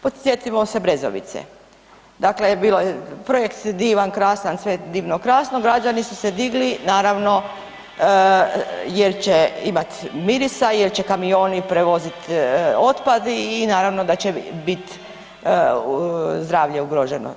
Podsjetimo se Brezovice, dakle bilo je projekt, divan, krasan, sve to divno, krasno, građani su se digli, naravno jer će imati mirisa, jer će kamioni prevoziti otpad i naravno da će biti zdravlje ugroženo.